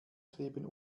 kleben